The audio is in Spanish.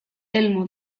telmo